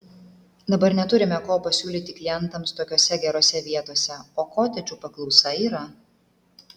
dabar neturime ko pasiūlyti klientams tokiose gerose vietose o kotedžų paklausa yra